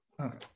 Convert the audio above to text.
Okay